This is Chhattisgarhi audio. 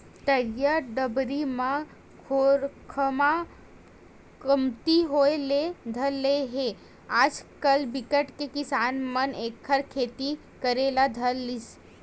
तरिया डबरी म खोखमा कमती होय ले धर ले हे त आजकल बिकट के किसान मन एखर खेती करे ले धर लिस